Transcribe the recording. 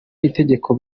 n’itegeko